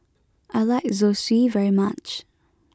I like Zosui very much